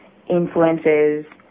influences